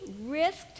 risked